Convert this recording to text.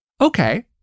Okay